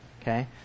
Okay